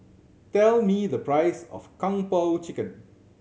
tell me the price of Kung Po Chicken